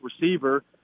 receiver